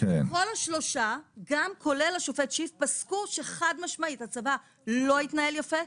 כל השלושה כולל השופט שיף פסקו שחד משמעית הצבא לא התנהל יפה,